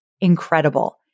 incredible